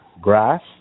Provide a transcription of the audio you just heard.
grass